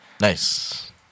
nice